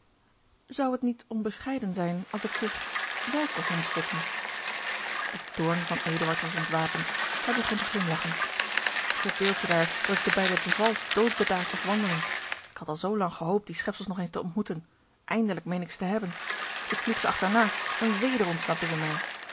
zou het niet onbescheiden zijn als ik vroeg welke hondsvotten de toorn van eduard was ontwapend hij begon te glimlagchen verbeeld je daar dat ik de beide bevals dood bedaard zag wandelen ik had al zoolang gehoopt die schepsels nog eens te ontmoeten eindelijk meen ik ze te hebben ik vlieg ze achterna en weder ontsnappen zij mij